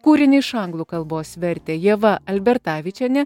kūrinį iš anglų kalbos vertė ieva albertavičienė